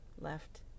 Left